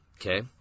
okay